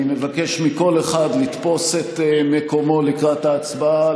אני מבקש מכל אחד לתפוס את מקומו לקראת ההצבעה.